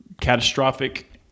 catastrophic